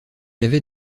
avait